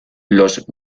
los